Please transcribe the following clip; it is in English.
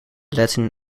latin